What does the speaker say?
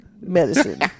medicine